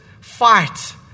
fight